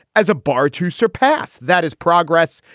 as a bar to surpass that is progress.